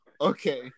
okay